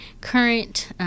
current